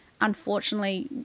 unfortunately